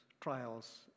trials